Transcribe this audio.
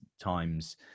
times